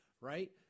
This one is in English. right